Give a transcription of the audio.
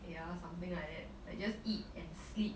ya something like that like just eat and sleep